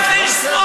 לא, באמת,